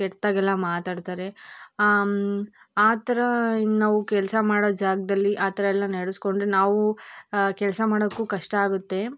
ಕೆಟ್ಟದಾಗೆಲ್ಲ ಮಾತಾಡ್ತಾರೆ ಆ ಥರಾ ಇನ್ನು ನಾವು ಕೆಲಸ ಮಾಡೊ ಜಾಗದಲ್ಲಿ ಆ ಥರ ಎಲ್ಲ ನಡೆಸ್ಕೊಂಡ್ರೆ ನಾವೂ ಕೆಲಸ ಮಾಡೋಕ್ಕೂ ಕಷ್ಟ ಆಗುತ್ತೆ